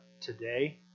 today